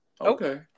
okay